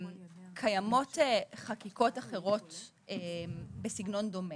קיימות חקיקות אחרות בסגנון דומה.